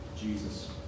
Jesus